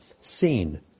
Seen